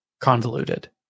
convoluted